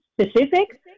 specific